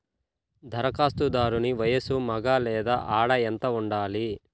ధరఖాస్తుదారుని వయస్సు మగ లేదా ఆడ ఎంత ఉండాలి?